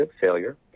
failure